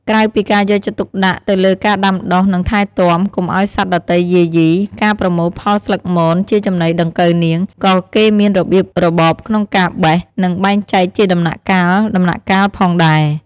ក្រៅពីការយកចិត្តទុកដាក់ទៅលើការដាំដុះ និងថែទាំ កុំឱ្យសត្វដទៃយាយី ការប្រមូលផលស្លឹកមន ជាចំណីដង្កូវនាង ក៏គេមានរបៀបរបបក្នុងការបេះ និងបែងចែកជាដំណាក់កាលៗផងដែរ។